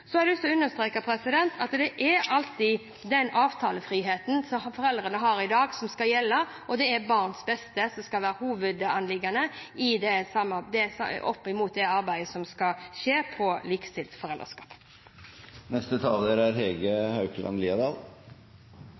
har lyst til å understreke at det er alltid den avtalefriheten som foreldrene har i dag, som skal gjelde, og det er barnas beste som skal være hovedanliggende i det arbeidet som skal skje med hensyn til likestilt